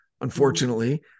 Unfortunately